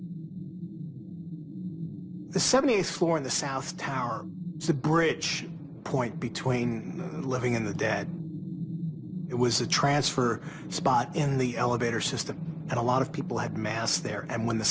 the seventieth floor of the south tower the bridge point between living in the dead it was a transfer spot in the elevator system and a lot of people had mass there and when the